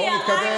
בואו נתקדם.